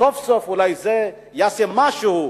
סוף-סוף אולי זה יעשה משהו.